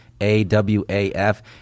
A-W-A-F